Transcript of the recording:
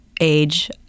age